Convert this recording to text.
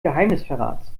geheimnisverrats